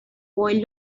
boy